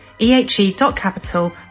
ehe.capital